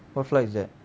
what flour is that